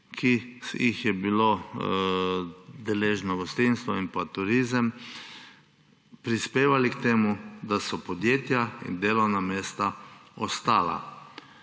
ki sta jih bila deležna gostinstvo in turizem, prispevali k temu, da so podjetja in delovna mesta ostala.